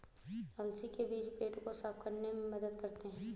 अलसी के बीज पेट को साफ़ रखने में मदद करते है